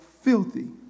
filthy